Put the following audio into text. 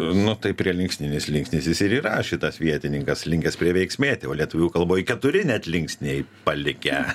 nu tai prielinksninis linksnis jis ir yra šitas vietininkas linkęs prieveiksmėti o lietuvių kalboj keturi net linksniai palikę